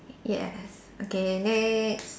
yes okay next